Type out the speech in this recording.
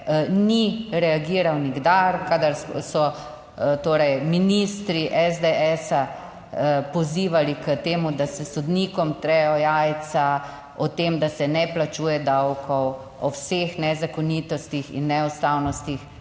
Ni reagiral nikdar, kadar so torej ministri SDS pozivali k temu, da se sodnikom trejo jajca o tem, da se ne plačuje davkov, o vseh nezakonitostih in neustavnostih.